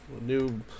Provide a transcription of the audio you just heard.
new